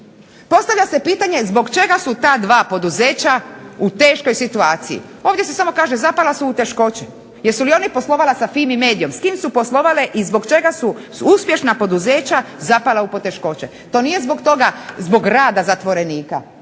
Postavlja se pitanje zbog čega su ta dva poduzeća u teškoj situaciji, ovdje se samo kaže zapala u teškoće. Jesu li oni poslovali sa FIMI medijom, s kim su poslovale i zbog čega su uspješna poduzeća zapala u poteškoće. To nije zbog rada zatvorenika,